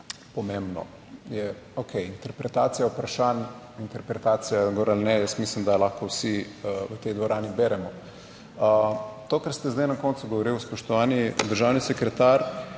pomembno je okej, interpretacija vprašanj, interpretacija gor ali ne, jaz mislim, da lahko vsi v tej dvorani beremo. To, kar ste zdaj na koncu govoril, spoštovani državni sekretar,